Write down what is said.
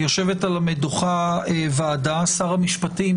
על המדוכה יושבת ועדה ושר המשפטים,